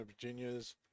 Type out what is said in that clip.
virginia's